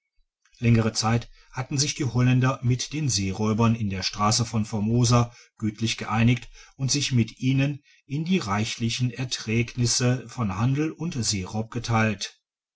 längere zeit hatten sich die holländer mit dön seeräubern in der strasse von formosa gütlich geeinigt und sich mit ihnen in die reichlichen erträgnisse von handel und seeraub geteilt